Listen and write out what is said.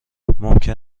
ممکن